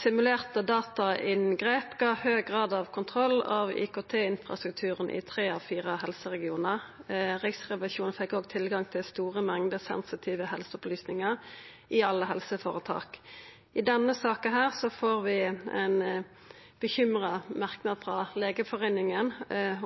simulerte datainngrep gav høg grad av kontroll av IKT-infrastrukturen i tre av fire helseregionar. Riksrevisjonen fekk òg tilgang til store mengder sensitive helseopplysningar i alle helseføretaka. I denne saka får vi ein bekymra merknad frå Legeforeningen